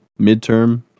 midterm